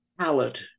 palette